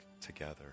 together